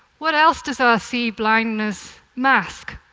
what else does our sea blindness mask?